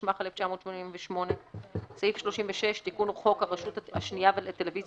התשמ"ח 1988". תיקון חוק הרשות השנייה לטלוויזיה